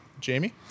Jamie